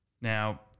Now